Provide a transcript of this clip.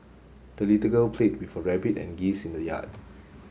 the little girl played with her rabbit and geese in the yard